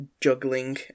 juggling